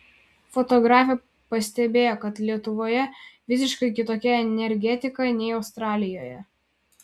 fotografė pastebėjo kad lietuvoje visiškai kitokia energetika nei australijoje